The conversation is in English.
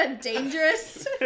dangerous